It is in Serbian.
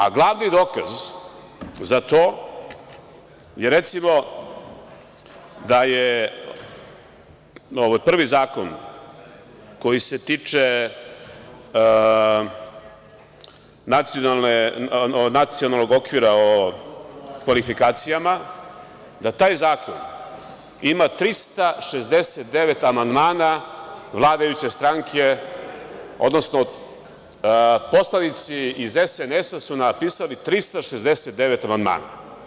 A, glavni dokaz za to je, recimo, da je prvi zakon koji se tiče nacionalnog okvira o kvalifikacijama, na taj zakon ima 369 amandmana vladajuće stranke, odnosno poslanici iz SNS su na pisali 369 amandmana.